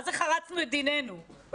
אני לא